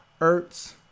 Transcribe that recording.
Ertz